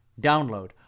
Download